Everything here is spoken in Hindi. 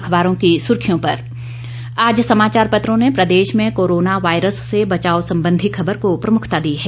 अखबारों की सुर्खियों से आज समाचार पत्रों ने कोरोना वायरस से बचाव संबंधी खबर को प्रमुखता दी है